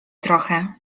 trochę